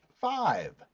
five